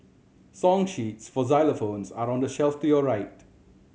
song sheets for xylophones are on the shelf to your right